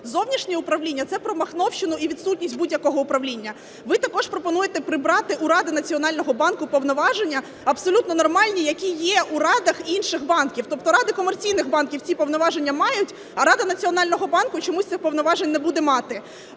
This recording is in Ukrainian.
зовнішнє управління, це про махновщину і відсутність будь-якого управління. Ви також пропонуєте прибрати у Ради Національного банку повноваження абсолютно нормальні, які є у радах інших банків. Тобто ради комерційних банків ці повноваження мають, а Рада Національного банку чомусь цих повноважень не буде мати.